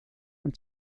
und